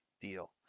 deal